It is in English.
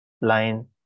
line